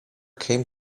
came